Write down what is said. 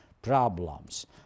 problems